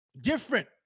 different